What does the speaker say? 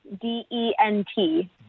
D-E-N-T